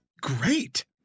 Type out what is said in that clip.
great